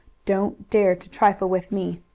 don't dare to trifle with me.